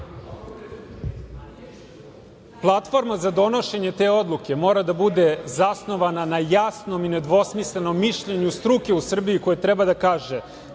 platforma. Platforma za donošenje te odluke mora da bude zasnovana na jasnom i nedvosmislenom mišljenju struke u Srbiji, koja treba da kaže